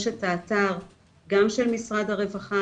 יש את האתר גם של משרד הרווחה,